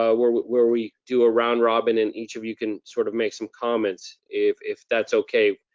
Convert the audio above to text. um where where we do a round robin and each of you can sort of make some comments, if if that's okay.